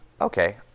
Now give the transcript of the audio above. Okay